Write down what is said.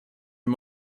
are